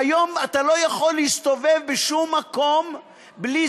כיום אתה לא יכול להסתובב בשום מקום בלי,